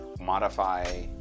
modify